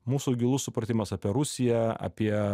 mūsų gilus supratimas apie rusiją apie